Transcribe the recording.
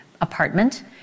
apartment